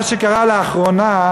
מה שקרה לאחרונה,